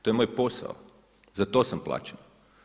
To je moj posao, za to sam plaćen.